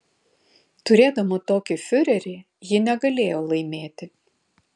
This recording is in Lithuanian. turėdama tokį fiurerį ji negalėjo laimėti